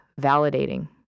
validating